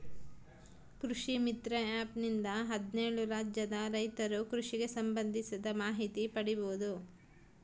ಕೃಷಿ ಮಿತ್ರ ಆ್ಯಪ್ ನಿಂದ ಹದ್ನೇಳು ರಾಜ್ಯದ ರೈತರು ಕೃಷಿಗೆ ಸಂಭಂದಿಸಿದ ಮಾಹಿತಿ ಪಡೀಬೋದು